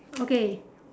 okay